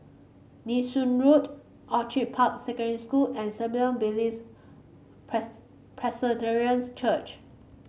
Nee Soon Road Orchid Park Secondary School and Billy's Church